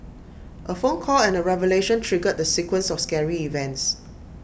A phone call and A revelation triggered the sequence of scary events